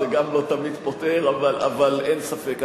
זה גם לא תמיד פותר, אבל אין ספק.